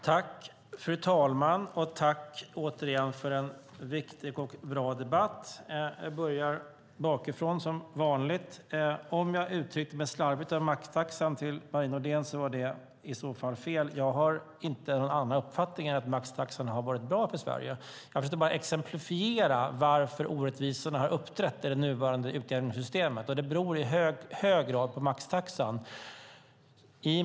Fru talman! Tack för en viktig och bra debatt. Jag kanske uttryckte mig slarvigt om maxtaxan. Jag har inte någon annan uppfattning än att maxtaxan har varit bra för Sverige. Jag försökte bara exemplifiera varför orättvisorna har uppträtt i det nuvarande utjämningssystemet. Det beror i hög grad på maxtaxan.